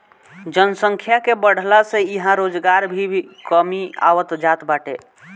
जनसंख्या के बढ़ला से इहां रोजगार में भी कमी आवत जात बाटे